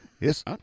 Yes